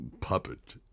puppet